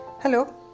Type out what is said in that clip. Hello